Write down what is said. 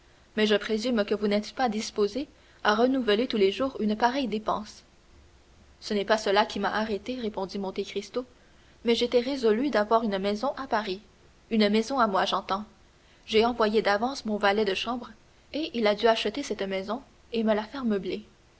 mais je présume que vous n'êtes pas disposé à renouveler tous les jours une pareille dépense ce n'est pas cela qui m'a arrêté répondit monte cristo mais j'étais résolu d'avoir une maison à paris une maison à moi j'entends j'ai envoyé d'avance mon valet de chambre et il a dû acheter cette maison et me la faire